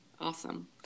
Awesome